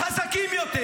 חזקים יותר.